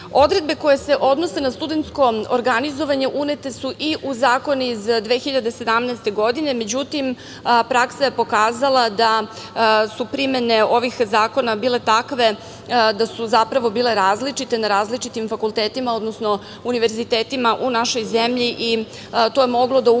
koje se odnose na studentsko organizovanje unete su i u Zakon iz 2017. godine, međutim praksa je pokazala da su primene ovih zakona bile takve da su zapravo bile različite na različitim fakultetima, odnosno univerzitetima u našoj zemlji i to je moglo da ugrozi